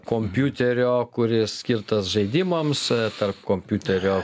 kompiuterio kuris skirtas žaidimams tarp kompiuterio